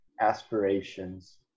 aspirations